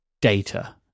data